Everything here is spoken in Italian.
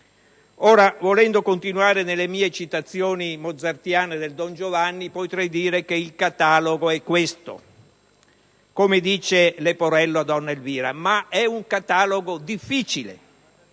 Volendo continuare nelle mie citazioni mozartiane del Don Giovanni, potrei dire che «il catalogo è questo», come dice Leporello a Donna Elvira, ma è un catalogo difficile,